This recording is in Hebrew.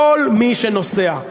כל מי שנוסע,